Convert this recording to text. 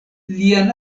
lian